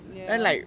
ya